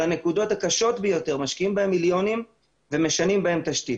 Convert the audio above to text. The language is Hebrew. הנקודות הקשות ביותר ומשקיעים בהן מיליוני שקלים ומשנים בהן תשתית.